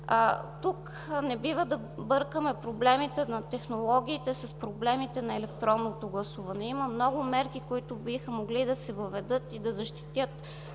Не бива да бъркаме проблемите на технологиите с проблемите на електронното гласуване. Има много мерки, които биха могли да се въведат и да защитят